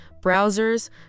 browsers